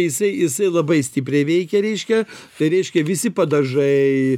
jisai jisai labai stipriai veikia reiškia tai reiškia visi padažai